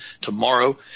tomorrow